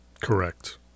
Correct